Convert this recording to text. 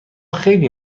خیلی